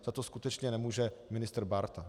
Za to skutečně nemůže ministr Bárta.